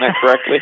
correctly